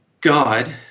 God